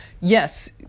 yes